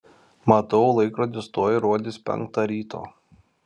matau laikrodis tuoj rodys penktą ryto